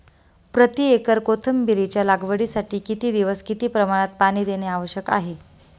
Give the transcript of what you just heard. प्रति एकर कोथिंबिरीच्या लागवडीसाठी किती दिवस किती प्रमाणात पाणी देणे आवश्यक आहे?